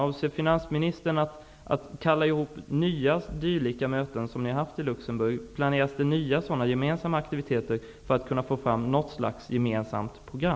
Avser finansministern att kalla samman nya dylika möten som de ni har haft i Luxemburg? Planerar man för nya sådana gemensamma aktiviteter för att få fram något slags gemensamt program?